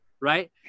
right